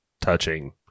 touching